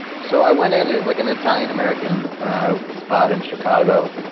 so, i went in. it was like an italian-american spot in chicago,